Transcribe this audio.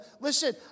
Listen